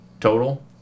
total